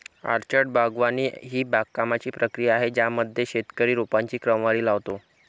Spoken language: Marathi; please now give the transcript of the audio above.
ऑर्चर्ड बागवानी ही बागकामाची प्रक्रिया आहे ज्यामध्ये शेतकरी रोपांची क्रमवारी लावतो